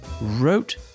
wrote